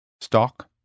Stock